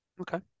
Okay